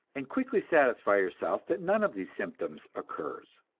and quickly satisfy yourself that none of these symptoms occurs.